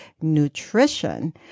nutrition